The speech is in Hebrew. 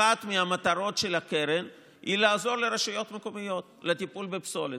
אחת מהמטרות של הקרן היא לעזור לרשויות מקומיות בטיפול בפסולת.